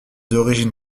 origines